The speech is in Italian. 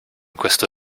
questo